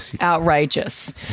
outrageous